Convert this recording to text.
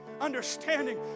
understanding